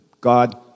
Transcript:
God